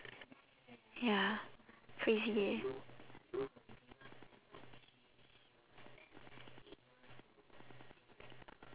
ya crazy eh